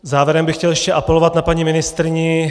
Závěrem bych chtěl ještě apelovat na paní ministryni.